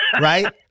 right